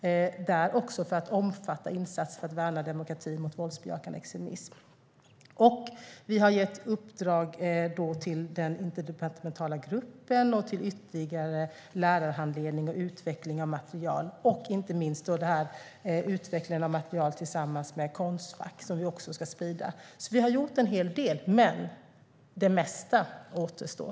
Den ska omfatta insatser för att värna demokratin mot våldsbejakande extremism. Vi har gett uppdrag till den interdepartementala gruppen och till ytterligare lärarhandledning och utveckling av material. Inte minst har vi utvecklandet av material tillsammans med Konstfack, som vi också ska sprida. Vi har alltså gjort en hel del, men det mesta återstår.